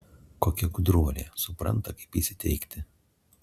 kokia gudruolė supranta kaip įsiteikti